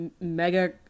mega